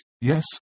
yes